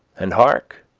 and hark!